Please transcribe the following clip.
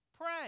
Pray